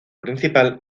principal